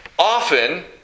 Often